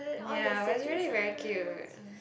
ya but it's really very cute ah